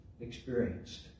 experienced